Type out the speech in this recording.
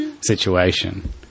situation